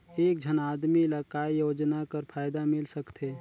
एक झन आदमी ला काय योजना कर फायदा मिल सकथे?